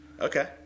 Okay